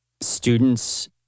students